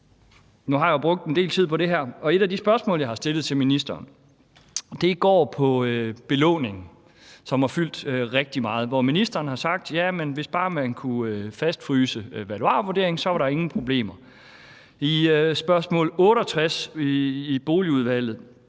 et af de spørgsmål, jeg har stillet til ministeren, går på belåning, som har fyldt rigtig meget. Ministeren har sagt, at hvis bare man kunne fastfryse valuarvurderingen, var der ingen problemer. I spørgsmål 68 i Boligudvalget